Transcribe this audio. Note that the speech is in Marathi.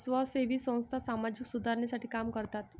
स्वयंसेवी संस्था सामाजिक सुधारणेसाठी काम करतात